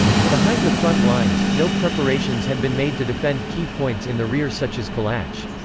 behind the front lines, no preparations had been made to defend key points in the rear such as kalach.